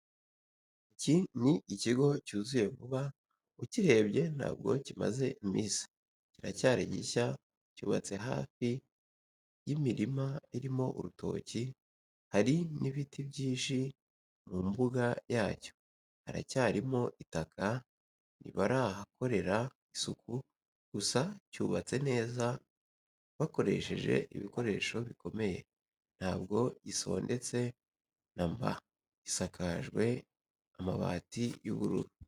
Iki ni ikigo cyuzuye vuba ukirebye ntabwo kimaze iminsi kiracyari gishya cyubatse hafi yimirim a irimo urutoki hari nibiti byinshi mumbuga yacyo haracyarimo itaka ntibarahakorera isuku gusa cyubatse neza bakoresheje ibikoresho bikomeye ntabwo gisondetse namba gisakajwe amabati y,ubururu.